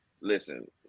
Listen